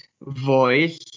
voice